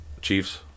Chiefs